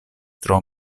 tro